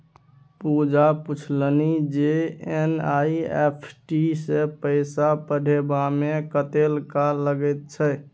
पूजा पूछलनि जे एन.ई.एफ.टी सँ पैसा पठेबामे कतेक काल लगैत छै